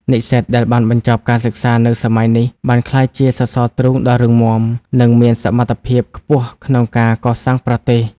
និស្សិតដែលបានបញ្ចប់ការសិក្សានៅសម័យនេះ បានក្លាយជាសសរទ្រូងដ៏រឹងមាំ និងមានសមត្ថភាពខ្ពស់ក្នុងការកសាងប្រទេស។